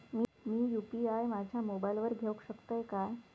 मी UPI माझ्या मोबाईलावर घेवक शकतय काय?